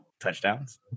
touchdowns